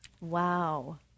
Wow